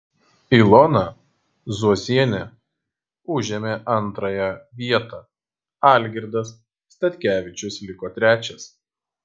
ilona zuozienė užėmė antrąją vietą algirdas statkevičius liko trečias